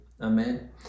amen